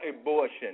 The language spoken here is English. abortion